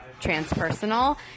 transpersonal